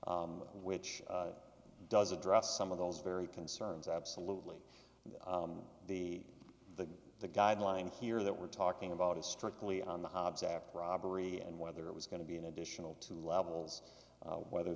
count which does address some of those very concerns absolutely the the the guideline here that we're talking about is strictly on the hobbs after robbery and whether it was going to be an additional two levels whether